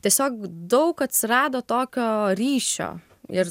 tiesiog daug atsirado tokio ryšio ir